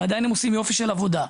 ועדיין הם עושים יופי של עבודה.